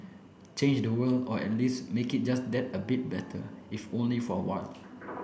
change the world or at least make it just that a bit better if only for a while